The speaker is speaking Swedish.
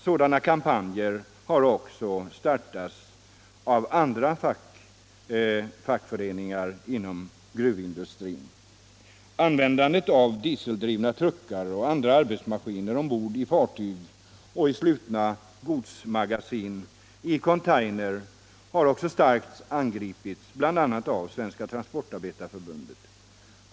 Sådana kampanjer har också startats av andra fackföreningar inom gruvindustrin. Användandet av dieseldrivna truckar och andra arbetsmaskiner ombord i fartyg och i slutna godsmagasin — i container — har starkt angripits, bl.a. av Svenska transportarbetareförbundet.